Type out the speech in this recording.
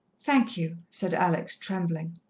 thank you, said alex, trembling.